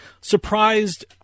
surprised